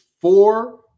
four –